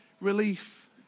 relief